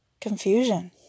Confusion